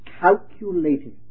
calculated